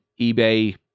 ebay